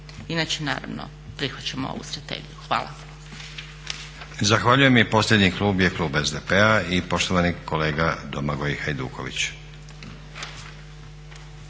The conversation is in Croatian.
Inače, naravno prihvaćamo ovu strategiju. Hvala. **Stazić, Nenad (SDP)** Zahvaljujem. I posljednji klub je klub SDP-a i poštovani kolega Domagoj Hajduković.